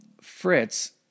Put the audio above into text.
Fritz